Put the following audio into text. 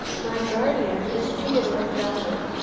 my guardian is theodore fellner,